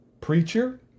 preacher